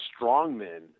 strongmen